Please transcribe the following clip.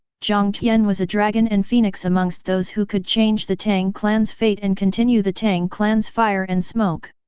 jiang tian was a dragon and phoenix amongst those who could change the tang clan's fate and continue the tang clan's fire and smoke.